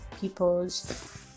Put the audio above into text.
people's